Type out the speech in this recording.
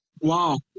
Wow